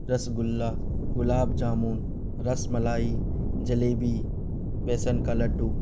رس گلہ گلاب جامن رس ملائی جلیبی بیسن کا لڈو